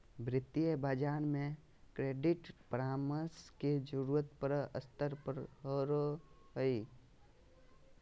वित्तीय बाजार में क्रेडिट परामर्श के जरूरत बड़ा स्तर पर पड़ो हइ